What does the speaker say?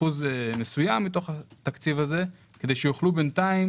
אחוז מסוים מתוך התקציב הזה כדי שיוכלו בינתיים,